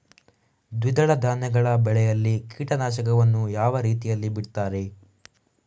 ದ್ವಿದಳ ಧಾನ್ಯಗಳ ಬೆಳೆಯಲ್ಲಿ ಕೀಟನಾಶಕವನ್ನು ಯಾವ ರೀತಿಯಲ್ಲಿ ಬಿಡ್ತಾರೆ?